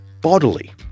bodily